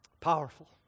Powerful